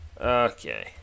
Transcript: Okay